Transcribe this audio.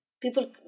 People